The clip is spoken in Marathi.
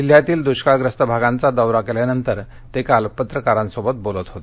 जिल्ह्यातील दृष्काळग्रस्त भागाचा दौरा केल्यानंतर ते काल पत्रकारांसोबत बोलत होते